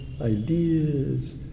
ideas